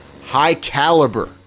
high-caliber